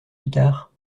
picard